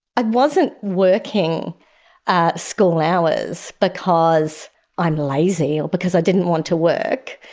i wasn't working ah school hours because i'm lazy or because i didn't want to work.